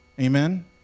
Amen